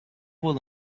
will